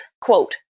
quote